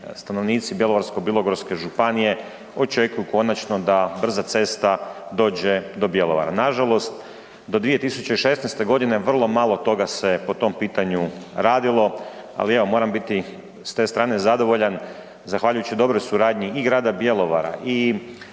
stanovnici Bjelovarsko-bilogorske županije očekuju konačno da brza cesta dođe do Bjelovara. Nažalost, do 2016.g. vrlo malo toga se po tom pitanju radilo, ali evo moram biti s te strane zadovoljan zahvaljujući dobroj suradnji i grada Bjelovara